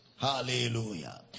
Hallelujah